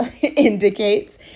indicates